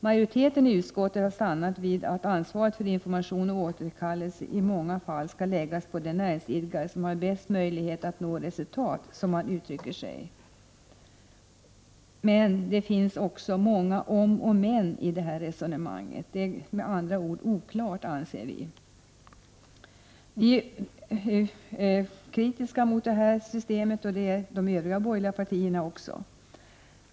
Majoriteten i utskottet har stannat vid att ansvaret för information och återkallelse i många fall skall läggas på den näringsidkare som har bäst möjlighet att nå resultat, som man uttrycker sig, men det finns så många om och men i detta resonemang — det är med andra ord oklart. Vi är kritiska mot detta system, och det är också de övriga borgerliga partierna.